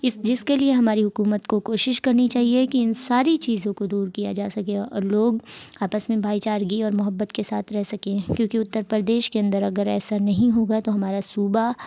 اس جس کے لیے ہماری حکومت کو کوشش کرنی چاہیے کہ ان ساری چیزوں کو دور کیا جا سکے اور لوگ آپس میں بھائی چارگی اور محبت کے رہ سکیں کیونکہ اتر پردیش کے اندر اگر ایسا نہیں ہوگا تو ہمارا صوبہ